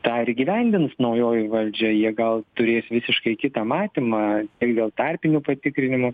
tą ir įgyvendins naujoji valdžia jie gal turės visiškai kitą matymą dėl tarpinių patikrinimų